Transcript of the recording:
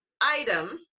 item